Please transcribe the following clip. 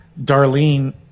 Darlene